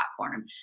platform